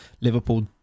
Liverpool